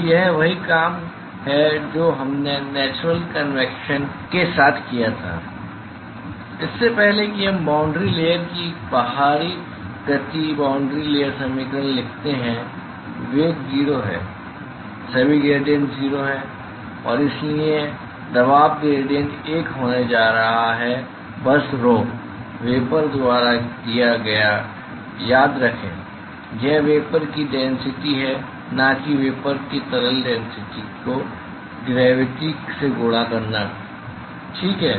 तो यह वही काम है जो हमने नेचुरल कन्वेक्शन के साथ किया था इससे पहले कि हम बाॅन्ड्री लेयर के बाहर गति बाॅन्ड्री लेयर समीकरण लिखते हैं वेग 0 है सभी ग्रेडियेंट 0 हैं और इसलिए दबाव ग्रेडियेंट एक होने जा रहा है बस rho वेपर द्वारा दिया गया याद रखें यह वेपर की डेनसिटी है न कि वेपर के तरल डेनसिटी को ग्रेविटी से गुणा करना ठीक है